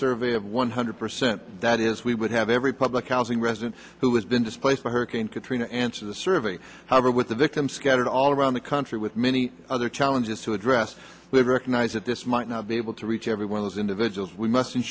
survey of one hundred percent that is we would have every public housing resident who has been displaced by hurricane katrina answer the survey however with the victims scattered all around the country with many other challenges to address the recognise that this might not be able to reach everyone as individuals we must